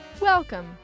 Welcome